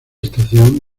estación